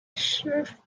sheriff